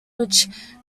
which